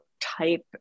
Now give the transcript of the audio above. type